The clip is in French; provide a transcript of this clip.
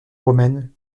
romaine